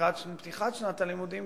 לקראת פתיחת שנת הלימודים,